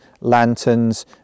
lanterns